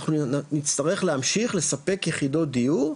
אנחנו נצטרך להמשיך לספק יחידות דיור,